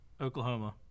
Oklahoma